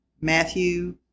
Matthew